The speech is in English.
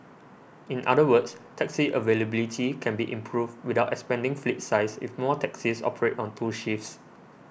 in other words taxi availability can be improved without expanding fleet size if more taxis operate on two shifts